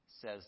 says